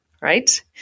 right